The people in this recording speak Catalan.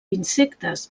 insectes